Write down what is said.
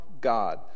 God